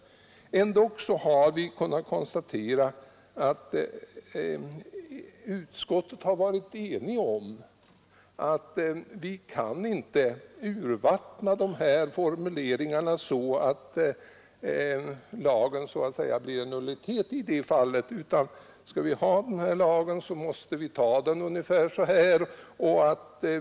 Ändock har vi kunnat konstatera att utskottet har varit enigt om att vi inte kan urvattna formuleringarna så att lagen så att säga blir en nullitet i det fallet. Skall vi ha lagen, måste vi ta den ungefär så här.